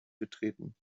betreten